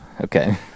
okay